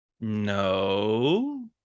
No